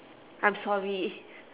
I'm sorry